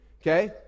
Okay